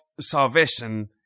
salvation